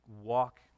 walk